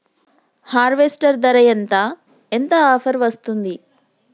Harvester ధర ఎంత ఎంత ఆఫర్ వస్తుంది?